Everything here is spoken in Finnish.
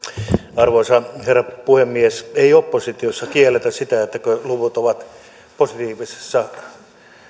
arvoisa herra puhemies ei oppositiossa kielletä sitä että luvut ovat positiivisessa